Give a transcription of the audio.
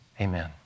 Amen